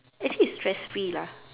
actually is stress free lah